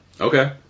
Okay